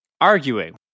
arguing